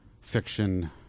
fiction